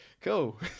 cool